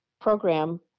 program